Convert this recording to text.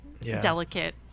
delicate